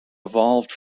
evolved